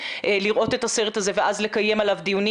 לראות את הסרט הזה ואז לקיים עליו דיונים.